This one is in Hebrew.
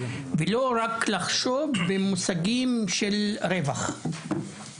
ולא רק לחשוב במושגים של רווח.